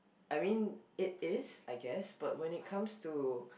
I mean it is I guess but when it comes to